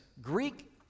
Greek